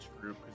group